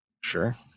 sure